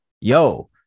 yo